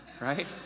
right